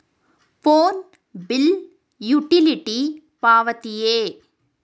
Phone bill utility ಪಾವತಿಯೇ?